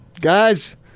Guys